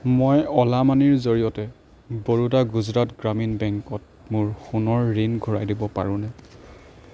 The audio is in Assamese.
মই অ'লা মানিৰ জৰিয়তে বৰোডা গুজৰাট গ্ৰামীণ বেংকত মোৰ সোণৰ ঋণ ঘূৰাই দিব পাৰোঁনে